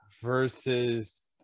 versus